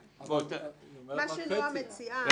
מה שנועה מציעה הוא